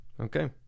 okay